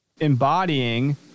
embodying